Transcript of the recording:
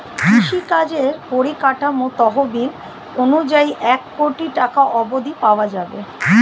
কৃষিকাজের পরিকাঠামো তহবিল অনুযায়ী এক কোটি টাকা অব্ধি পাওয়া যাবে